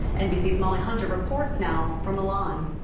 nbc's molly hunter reports now from milan.